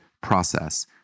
process